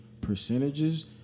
percentages